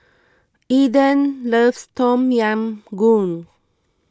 Eden loves Tom Yam Goong